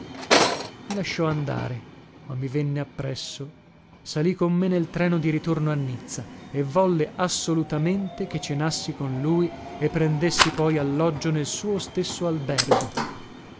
i lasciò andare ma mi venne appresso salì con me nel treno di ritorno a nizza e volle assolutamente che cenassi con lui e prendessi poi alloggio nel suo stesso albergo